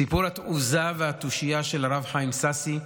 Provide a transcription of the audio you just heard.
סיפור התעוזה והתושייה של הרב חיים סאסי,